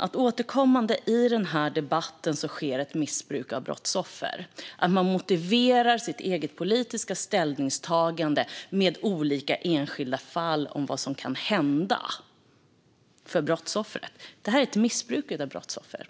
att det återkommande i denna debatt sker ett missbruk av brottsoffer. Man motiverar sitt eget politiska ställningstagande med olika enskilda fall och vad som kan hända för brottsoffret. Det är ett missbruk av brottsoffer.